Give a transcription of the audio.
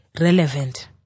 relevant